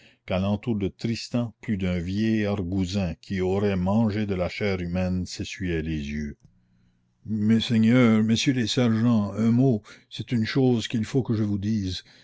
l'entour de tristan plus d'un vieil argousin qui aurait mangé de la chair humaine s'essuyait les yeux messeigneurs messieurs les sergents un mot c'est une chose qu'il faut que je vous dise